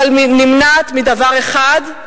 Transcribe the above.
אבל נמנעת מדבר אחד,